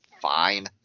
fine